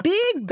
Big